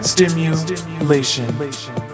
Stimulation